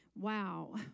wow